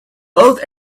both